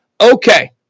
Okay